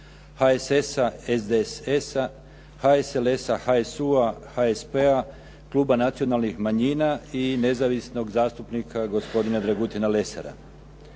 HSS-a, SDSS-a, HSLS-a, HSU-a, HSP-a, Kluba nacionalnih manjina i nezavisnog zastupnika gospodina Dragutina Lesara.